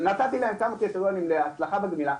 להם כמה קריטריונים להצלחה בגמילה,